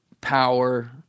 power